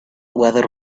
whether